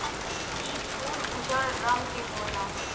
इ फूल उजर रंग के होला